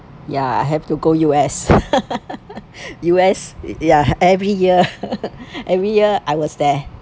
ya have to go U_S U_S ya every year every year I was there